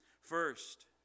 First